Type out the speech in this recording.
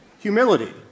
humility